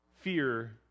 fear